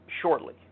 shortly